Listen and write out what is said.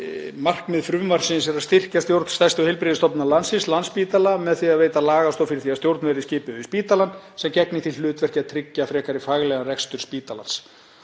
„Markmið frumvarpsins er að styrkja stjórn stærstu heilbrigðisstofnunar landsins, Landspítala, með því að veita lagastoð fyrir því að stjórn verði skipuð yfir spítalann sem gegni því hlutverki að tryggja frekari faglegan rekstur spítalans.“